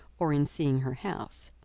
or in seeing her house.